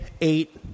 eight